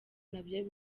nabyo